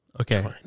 Okay